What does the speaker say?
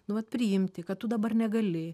nu vat priimti kad tu dabar negali